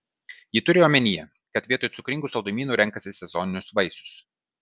ji turi omenyje kad vietoj cukringų saldumynų renkasi sezoninius vaisius